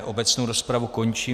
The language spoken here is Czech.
Obecnou rozpravu končím.